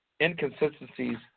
inconsistencies